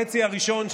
החצי הראשון,